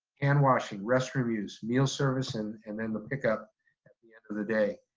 and washing, restroom use, meal service, and and then the pickup at the end of the day?